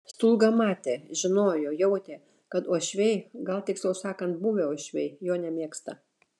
stulga matė žinojo jautė kad uošviai gal tiksliau sakant buvę uošviai jo nemėgsta